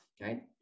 right